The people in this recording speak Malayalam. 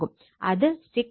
അത് 6